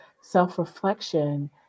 self-reflection